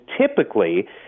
typically